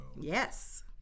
Yes